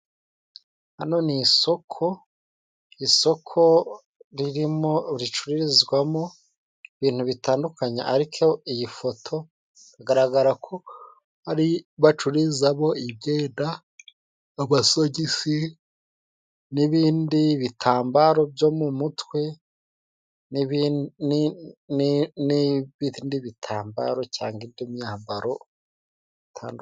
Hano ni isoko, isoko ririmo ricururizwamo ibintu bitandukanye, ariko iyi foto igaragarako ari bacururizamo imyenda, amasogisi n'ibindi bitambaro byo mu mutwe n'ibindi bitambaro cyangwa indi myambaro.